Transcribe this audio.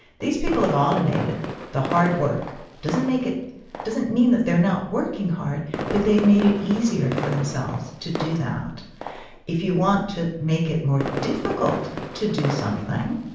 these people have automated the hard work doesn't make it doesn't mean that they're not working hard. but they've made it easier for themselves to do that if you want to make it more difficult to do something,